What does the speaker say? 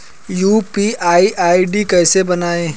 UPI ID कैसे बनाएं?